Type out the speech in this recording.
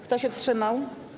Kto się wstrzymał?